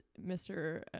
mr